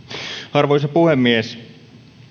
arvoisa puhemies